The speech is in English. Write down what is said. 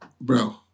Bro